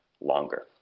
longer